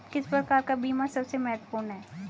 किस प्रकार का बीमा सबसे महत्वपूर्ण है?